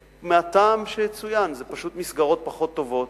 מהטעם שצוין, אלה פשוט מסגרות פחות טובות,